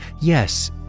Yes